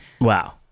Wow